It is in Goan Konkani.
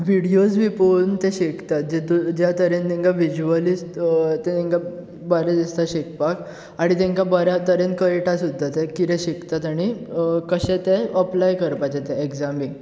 विडयोज बी पोवन ते शिकता जेतून ज्या तरेन तेंकां विज्युअली तेंकां बरें दिसता शिकपाक आनी तेंकां बऱ्या तरेन कळटा सुद्दां ते कितें शिकतात आनी कशें तें अप्लाय करपाचें तें एग्जामीक